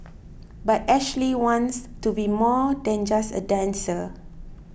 but Ashley wants to be more than just a dancer